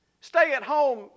stay-at-home